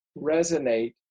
resonate